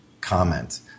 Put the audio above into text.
comment